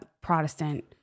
Protestant